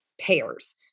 pairs